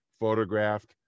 photographed